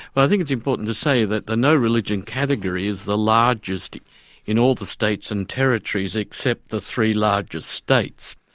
well, i think it's important to say that the no-religion category is the largest in all the states and territories except the three largest states.